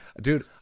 Dude